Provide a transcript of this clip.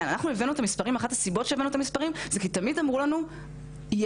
המספרים זה כי תמיד אמרו לנו יש.